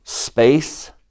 space